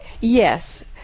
Yes